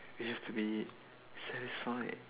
you have to be satisfied